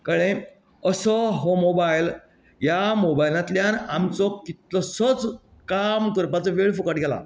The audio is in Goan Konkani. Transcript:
कळ्ळें असो हो मोबायल ह्या मोबायलांतल्यान आमचो कितलोसोच काम करपाचो वेळ फुकट गेला